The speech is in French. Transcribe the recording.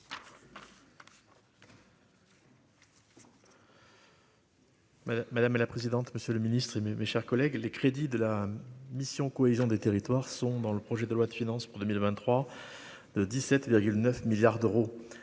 madame la présidente, monsieur le ministre, mes, mes chers collègues, les crédits de la mission cohésion des territoires sont dans le projet de loi de finances pour 2023, 2 17 9 milliards d'euros,